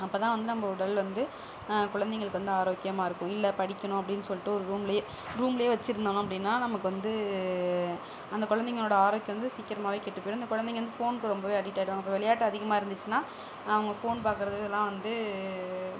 அப்போ தான் வந்து நம்ப உடல் வந்து குழந்தைங்களுக்கு வந்து ஆரோக்கியமாக இருக்கும் இல்லை படிக்கணும் அப்படின் சொல்லிட்டு ஒரு ரூம்ல ரூம்ல வச்சிருந்தோம் அப்படின்னா நமக்கு வந்து அந்த குழந்தைங்களோட ஆரோக்கியம் வந்து சீக்கிரமாகவே கெட்டு போய்விடும் இந்த குழந்தைங்க வந்து ஃபோன்க்கு ரொம்பவே அடிக்ட் ஆய்டுவாங்க அப்புறம் விளையாட்டு அதிகமாக இருந்துச்சின்னா அவங்க ஃபோன் பார்க்கறது இது எல்லாம் வந்து